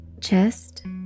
chest